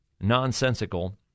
nonsensical